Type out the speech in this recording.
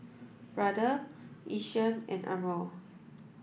Brother Yishion and Umbro